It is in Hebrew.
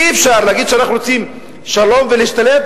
אי-אפשר להגיד שאנחנו רוצים שלום ולהשתלט,